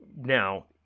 Now